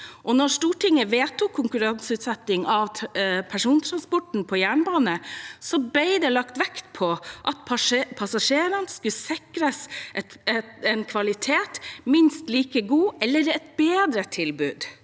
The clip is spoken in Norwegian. Da Stortinget vedtok en konkurranseutsetting av persontransporten på jernbane, ble det lagt vekt på at passasjerene skulle sikres en kvalitet som var minst like god, eller et bedre tilbud.